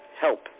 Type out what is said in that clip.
help